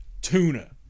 tuna